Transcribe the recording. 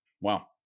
Wow